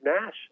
Nash